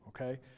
okay